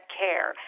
care